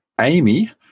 Amy